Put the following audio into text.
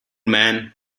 man